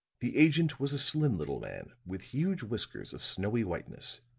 the agent was a slim little man with huge whiskers of snowy whiteness,